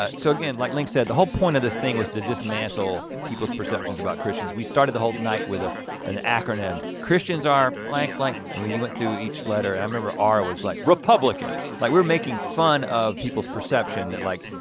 ah so again, like link said the whole point of this thing was to dismantle people's perceptions about christians. we started the whole night with an acronym christians are blank blank. and we went through each letter i remember r was like republican, like we're making fun of people's perception that like,